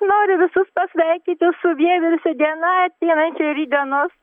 noriu visus pasveikinti su vieversio diena ateinančio rytdienos